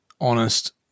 honest